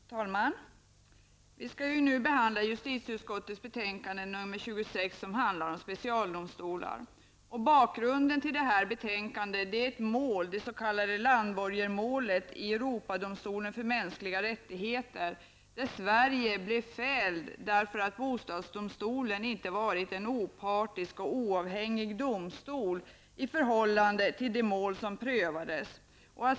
Fru talman! Vi skall nu behandla justitieutskottets betänkande nr 26 om specialdomstolar. Bakgrunden till detta betänkande är det s.k. Langborgermålet i Europadomstolen för mänskliga rättigheter, där Sverige blev fällt därför att bostadsdomstolen inte hade varit en opartisk och oavhängig domstol i förhållande till det mål som prövades.